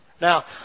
Now